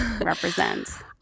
represents